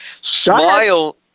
SMILE